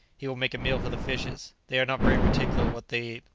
he will make a meal for the fishes they are not very particular what they eat,